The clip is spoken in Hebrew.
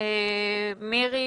המסים, מירי